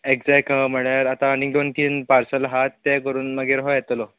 exact म्हणल्यार आतां आनीक दोन तीन पार्सल आहात ते करून मागीर हो येतलो